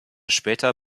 später